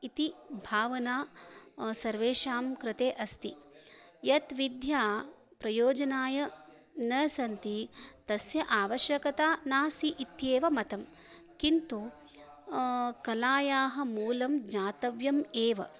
इति भावना सर्वेषां कृते अस्ति यत् विद्या प्रयोजनाय न सन्ति तस्य आवश्यकता नास्ति इत्येव मतं किन्तु कलायाः मूलं ज्ञातव्यम् एव